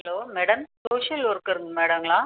hello madam social worker மேடங்களா